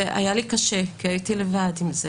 היה לי קשה כי הייתי לבד עם זה